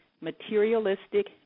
Materialistic